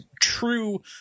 true